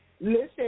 Listen